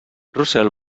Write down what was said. russell